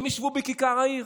אלה ישבו בכיכר העיר?